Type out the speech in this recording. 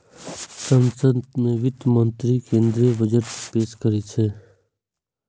संसद मे वित्त मंत्री केंद्रीय बजट पेश करै छै